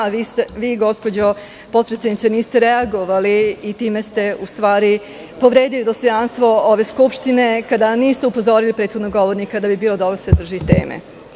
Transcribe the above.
Vi gospođo potpredsednice niste reagovali, i time ste u stvari povredili dostojanstvo ove skupštine, kada niste upozorili prethodnog govornika, da bi bilo dobro da se drži teme.